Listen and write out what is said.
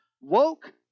Woke